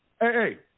hey